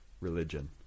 religion